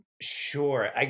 Sure